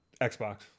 Xbox